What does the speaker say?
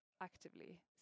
actively